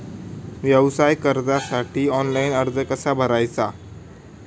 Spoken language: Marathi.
व्यवसाय कर्जासाठी ऑनलाइन अर्ज कसा भरायचा?